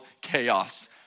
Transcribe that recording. chaos